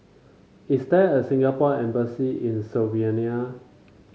is there a Singapore Embassy in Slovenia